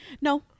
No